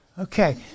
Okay